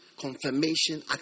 confirmation